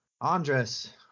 andres